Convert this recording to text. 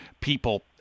people